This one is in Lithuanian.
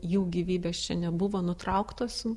jų gyvybės čia nebuvo nutrauktos